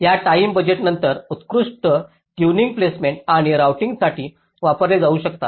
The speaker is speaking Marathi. या टाईम बजेट नंतर उत्कृष्ट ट्यूनिंग प्लेसमेंट आणि राउटिंगसाठी वापरले जाऊ शकतात